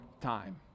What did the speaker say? time